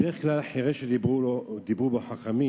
בדרך כלל, החירש שדיברו בו חכמים